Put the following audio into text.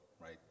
right